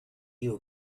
you